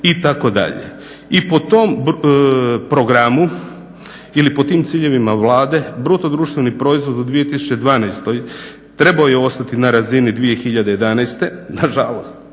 I po tom programu ili po tim ciljevima Vlade BDP u 2012. trebao je ostati na razini 2011., nažalost